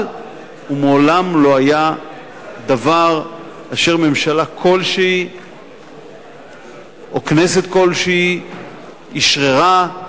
אבל הוא מעולם לא היה דבר אשר ממשלה כלשהי או כנסת כלשהי אשררה,